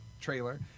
trailer